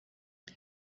que